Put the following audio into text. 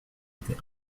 était